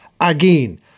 again